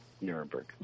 Nuremberg